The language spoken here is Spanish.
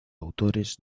autores